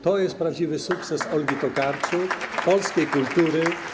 To jest prawdziwy sukces Olgi Tokarczuk, polskiej kultury.